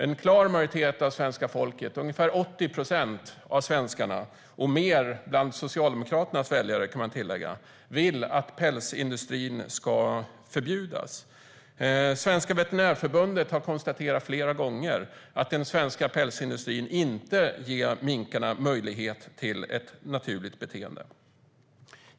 En klar majoritet av svenska folket, ungefär 80 procent - mer bland Socialdemokraternas väljare, kan tilläggas - vill att pälsindustrin ska förbjudas. Svenska veterinärförbundet har flera gånger konstaterat att den svenska pälsindustrin inte ger minkarna möjlighet till naturligt beteende.